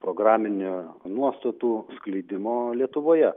programinių nuostatų skleidimo lietuvoje